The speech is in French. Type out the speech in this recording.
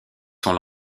sont